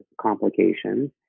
complications